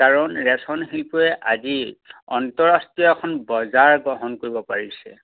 কাৰণ ৰেশম শিল্পই আজি আন্তঃৰাষ্ট্ৰীয় এখন বজাৰ গ্ৰহণ কৰিব পাৰিছে